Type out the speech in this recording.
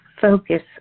focus